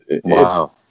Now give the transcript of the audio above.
Wow